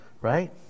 right